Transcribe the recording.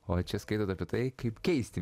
o čia skaitot apie tai kaip keisti